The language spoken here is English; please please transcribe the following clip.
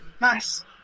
Nice